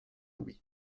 louis